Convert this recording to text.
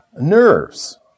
nerves